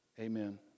Amen